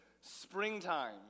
springtime